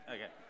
Okay